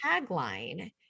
tagline